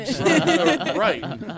right